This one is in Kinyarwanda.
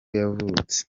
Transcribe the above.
yavutse